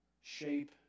shape